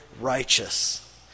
righteous